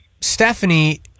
Stephanie